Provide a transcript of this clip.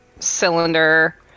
cylinder